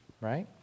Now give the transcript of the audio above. Right